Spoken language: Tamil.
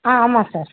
ஆ ஆமாம் சார்